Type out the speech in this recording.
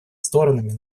сторонами